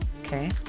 Okay